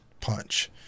punch